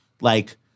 like-